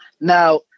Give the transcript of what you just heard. Now